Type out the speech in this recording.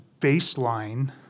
baseline